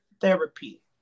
therapy